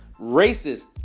Racist